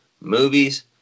movies